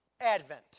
Advent